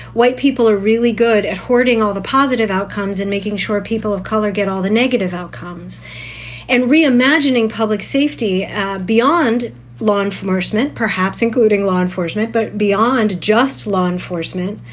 white people are really good at hoarding all the positive outcomes and making sure people of color get all the negative outcomes and reimagining public safety beyond law enforcement, perhaps including law enforcement. but beyond just law enforcement,